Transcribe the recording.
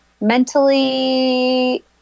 Mentally